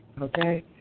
Okay